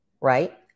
right